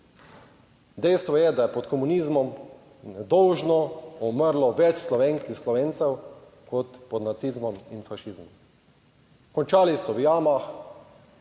Dejstvo je, da je pod komunizmom nedolžno umrlo več Slovenk in Slovencev, kot pod nacizmom in fašizmom. Končali so v jamah,